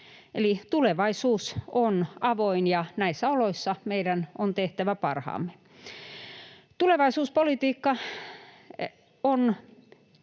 tulevaisuus on avoin, ja näissä oloissa meidän on tehtävä parhaamme. Tulevaisuuspolitiikka on